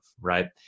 right